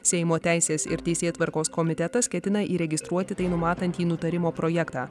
seimo teisės ir teisėtvarkos komitetas ketina įregistruoti tai numatantį nutarimo projektą